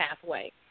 pathway